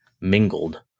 mingled